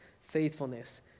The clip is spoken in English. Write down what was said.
faithfulness